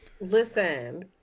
Listen